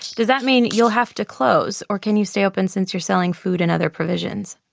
does that mean you'll have to close or can you stay open since you're selling food and other provisions?